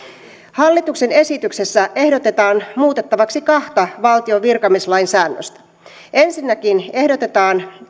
hallituksen esityksessä ehdotetaan muutettavaksi kahta valtion virkamieslain säännöstä ensinnäkin ehdotetaan